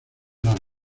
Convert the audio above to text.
las